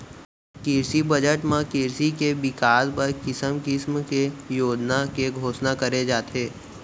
किरसी बजट म किरसी के बिकास बर किसम किसम के योजना के घोसना करे जाथे